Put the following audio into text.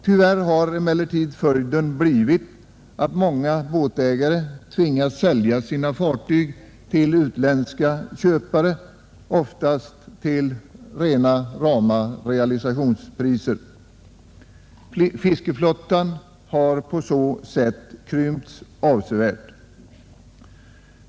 Tyvärr har emellertid följden blivit att många båtägare tvingats sälja sina fartyg till utländska köpare — oftast till rena realisationspriser. Fiskeflottan har på så sätt krympt avsevärt.